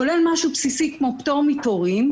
כולל משהו בסיסי כמו פטור מתורים.